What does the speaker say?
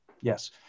Yes